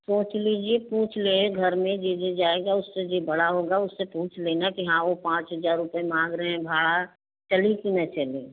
सोच लीजिए पूछ ले घर में जो जो जगह उससे जो बड़ा होगा उससे पूछ लेना कि हाँ वो पाँच हजार रुपए माँग रहे हैं भाड़ा चलें कि ना चलें